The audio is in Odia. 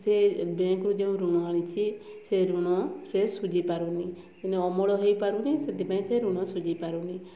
ସେ ବ୍ୟାଙ୍କ୍ରୁ ଯାଇ ଋଣ ଆଣିଛି ସେ ଋଣ ସେ ସୁଝିପାରୁନି ଏଣେ ଅମଳ ହୋଇପାରୁନି ସେଥିପାଇଁ ଋଣ ସୁଝିପାରୁନି